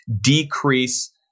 decrease